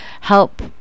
help